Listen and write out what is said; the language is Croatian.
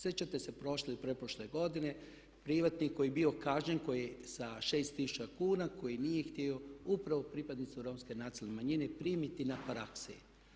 Sjećate se prošle i pretprošle godine, privatnik koji je bio kažnjen sa 6 tisuća kuna koji nije htio upravo pripadnicu Romske nacionalne manjine primiti na praksu.